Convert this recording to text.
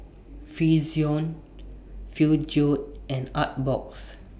Frixion Peugeot and Artbox